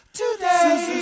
today